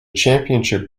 championship